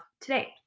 today